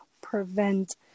prevent